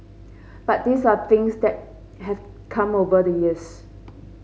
but these are things that have come over the years